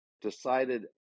decided